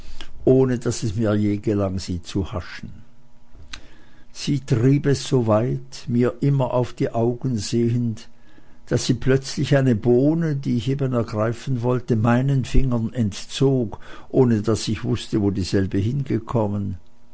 ohne daß es mir je gelang sie zu haschen sie trieb es so weit mir immer auf die augen sehend daß sie plötzlich eine bohne die ich eben ergreifen wollte meinen fingern entzog ohne daß ich wußte wo dieselbe hingekommen